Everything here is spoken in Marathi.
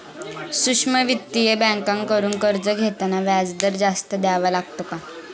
सूक्ष्म वित्तीय बँकांकडून कर्ज घेताना व्याजदर जास्त द्यावा लागतो का?